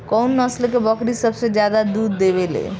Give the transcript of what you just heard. कउन नस्ल के बकरी सबसे ज्यादा दूध देवे लें?